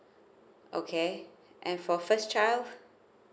okay and for first child